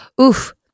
Oof